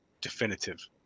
definitive